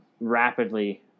rapidly